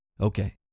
Okay